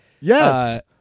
yes